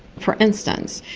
for instance,